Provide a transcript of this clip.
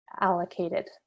allocated